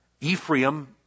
Ephraim